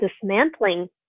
dismantling